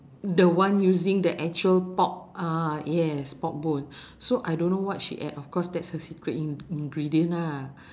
the one using the actual pork ah yes pork bone so I don't know what she add of course that's her secret in~ ingredient ah